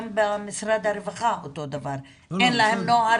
גם במשרד הרווחה אותו הדבר: אין להם נוהל